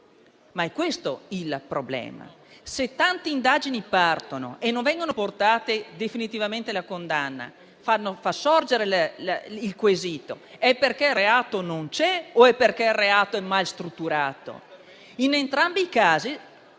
È questo però il problema. Se tante indagini partono e non vengono portate definitivamente alla condanna, sorge il quesito: ciò avviene perché il reato non c'è o perché esso è mal strutturato? In entrambi i casi